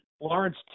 Lawrence